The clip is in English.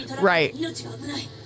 right